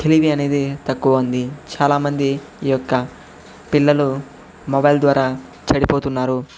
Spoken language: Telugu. తెలివి అనేది తక్కువ ఉంది చాలామంది ఈ యొక్క పిల్లలు మొబైల్ ద్వారా చెడిపోతున్నారు